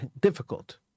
difficult